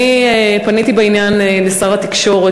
אני פניתי בעניין לשר התקשורת,